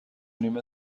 نیمه